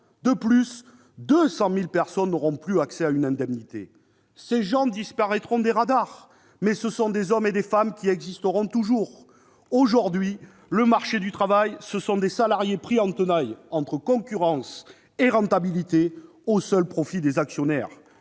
De plus, 200 000 personnes n'auront plus accès à une indemnité. Ces gens disparaîtront des radars, mais ce sont des hommes et des femmes qui existeront toujours. Aujourd'hui, le marché du travail, ce sont des salariés pris en tenaille entre concurrence et rentabilité, au seul profit des actionnaires.